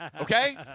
Okay